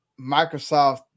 Microsoft